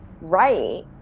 right